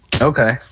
Okay